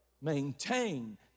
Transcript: Maintain